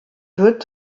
wird